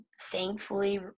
thankfully